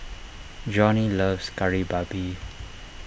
Johnie loves Kari Babi